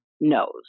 knows